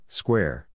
square